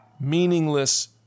meaningless